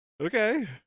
okay